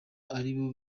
aribo